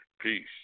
Peace